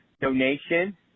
donation